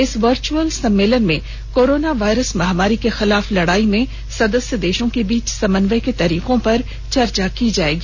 इस वर्चअल सम्मेलन में कोरोना वायरस महामारी के खिलाफ लड़ाई में सदस्य देशों के बीच समन्वय के तरीकों पर चर्चा की जाएगी